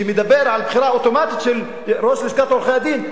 שמדבר על בחירה אוטומטית של ראש לשכת עורכי-הדין,